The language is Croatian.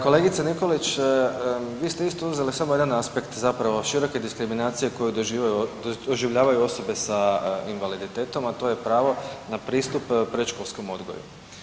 Kolegice Nikolić vi ste isto uzeli samo jedan aspekt široke diskriminacije koje doživljavaju osobe s invaliditetom, a to je pravo na pristup predškolskom odgoju.